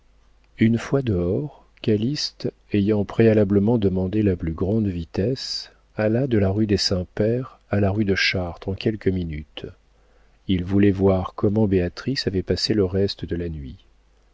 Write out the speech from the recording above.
une fois dehors calyste ayant préalablement demandé la plus grande vitesse alla de la rue des saints-pères à la rue de chartres en quelques minutes il voulait voir comment béatrix avait passé le reste de la nuit